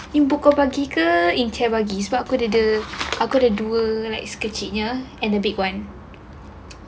ini pukul pagi ke in care bagi cause aku dah ada aku ada dua like sekecilnya and a big one